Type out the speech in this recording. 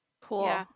Cool